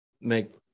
make